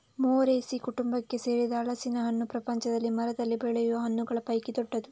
Moraceae ಕುಟುಂಬಕ್ಕೆ ಸೇರಿದ ಹಲಸಿನ ಹಣ್ಣು ಪ್ರಪಂಚದಲ್ಲಿ ಮರದಲ್ಲಿ ಬೆಳೆಯುವ ಹಣ್ಣುಗಳ ಪೈಕಿ ದೊಡ್ಡದು